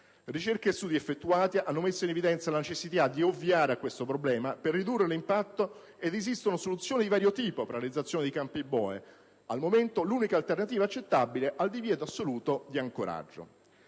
Ricerche e studi effettuati hanno messo in evidenza la necessità di ovviare a tale problema per ridurne l'impatto ed esistono soluzioni di vario tipo per la realizzazione di campi boe, al momento l'unica alternativa accettabile al divieto assoluto di ancoraggio.